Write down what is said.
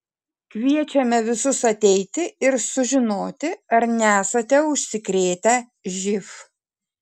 kviečiame visus ateiti ir sužinoti ar nesate užsikrėtę živ